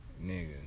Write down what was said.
Nigga